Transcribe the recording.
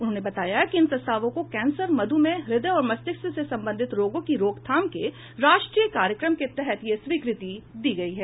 उन्होंने बताया कि इन प्रस्तावों को कैंसर मध्मेह हृदय और मस्तिष्क से संबंधी रोगों की रोकथाम के राष्ट्रीय कार्यक्रम के तहत यह स्वीकृति दी गई हैं